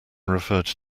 referred